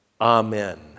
amen